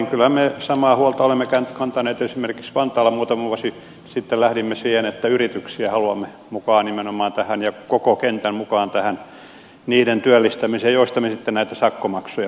kyllähän me samaa huolta olemme kantaneet esimerkiksi vantaalla muutama vuosi sitten lähdimme siihen että haluamme yrityksiä mukaan nimenomaan tähän ja koko kentän mukaan tähän niiden työllistämiseen joista me sitten näitä sakkomaksuja maksamme